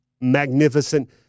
magnificent –